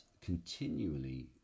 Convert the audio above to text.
continually